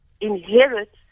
Inherit